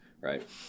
Right